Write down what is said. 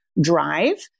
drive